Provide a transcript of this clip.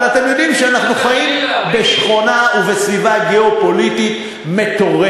אבל אתם יודעים שאנחנו חיים בשכונה ובסביבה גיאו-פוליטית מטורפת.